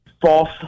false